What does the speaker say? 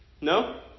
No